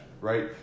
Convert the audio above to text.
right